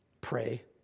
Pray